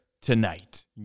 tonight